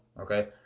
okay